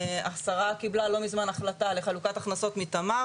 השרה קיבלה לא מזמן החלטה לחלוקת הכנסות מתמר,